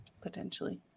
potentially